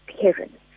parents